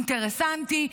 אינטרסנטי,